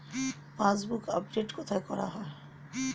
Passbook update কোথায় করা হয়?